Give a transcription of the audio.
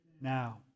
Now